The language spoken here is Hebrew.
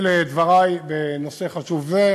אלה דברי בנושא חשוב זה.